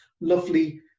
lovely